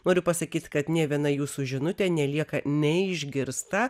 noriu pasakyti kad nė viena jūsų žinutė nelieka neišgirsta